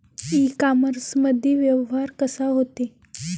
इ कामर्समंदी व्यवहार कसा होते?